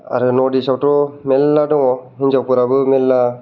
आरो north east आवथ' मेरला दं हिन्जावफोराबो मेरला